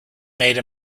made